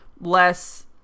less